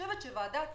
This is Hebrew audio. ועדת